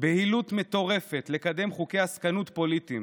בהילות מטורפת לקדם חוקי עסקנות פוליטיים